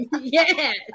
Yes